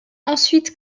ensuite